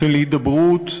של הידברות,